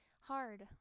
hard